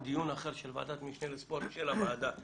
של ועדת משנה לספורט של הוועדה שלנו.